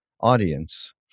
audience